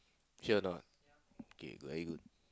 sure or not okay very good